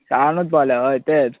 हय तेंच